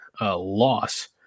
loss